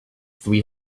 three